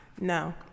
No